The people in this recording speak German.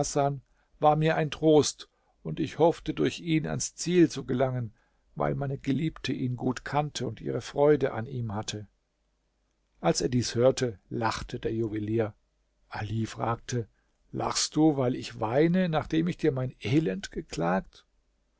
war mir ein trost und ich hoffte durch ihn ans ziel zu gelangen weil meine geliebte ihn gut kannte und ihre freude an ihm hatte als er dies hörte lachte der juwelier ali fragte lachst du weil ich weine nachdem ich dir mein elend geklagt